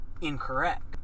incorrect